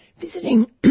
visiting